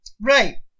Right